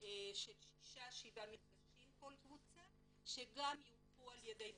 של שישה-שבעה מפגשים בכל קבוצה שגם יונחו על-ידי פסיכולוגים,